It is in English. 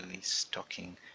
stocking